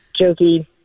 jokey